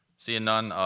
seeing none,